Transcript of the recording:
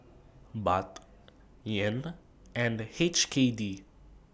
Baht Yen and H K D